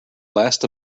last